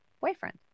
boyfriend